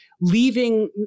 leaving